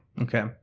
Okay